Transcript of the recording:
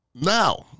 Now